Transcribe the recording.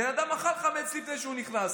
בן אדם אכל חמץ לפני שהוא נכנס,